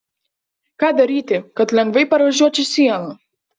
ką daryti kad lengvai pervažiuočiau sieną